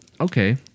Okay